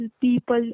people